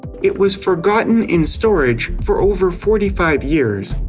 it was forgotten in storage for over forty five years.